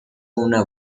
una